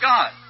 God